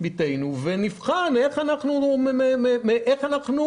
בתנו ונבחן איך אנחנו